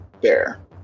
bear